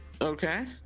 Okay